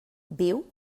viu